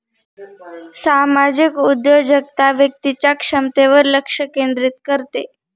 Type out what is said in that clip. सामाजिक उद्योजकता व्यक्तीच्या क्षमतेवर लक्ष केंद्रित करते